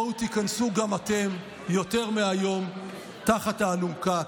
בואו תיכנסו גם אתם יותר מהיום תחת האלונקה.